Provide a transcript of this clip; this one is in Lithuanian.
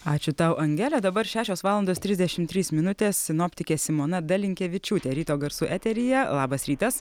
ačiū tau angele dabar šešios valandos trisdešimt trys minutės sinoptikė simona dalinkevičiūtė ryto garsų eteryje labas rytas